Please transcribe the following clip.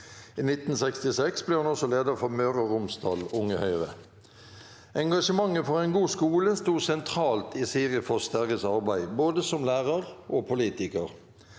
I 1966 ble hun også leder for Møre og Romsdal Unge Høyre. Engasjementet for en god skole sto sentralt i Siri Frost Sterris arbeid, både som lærer og som politiker.